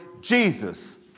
Jesus